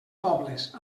pobles